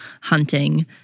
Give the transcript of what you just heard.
hunting